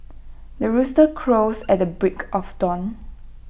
the rooster crows at the break of dawn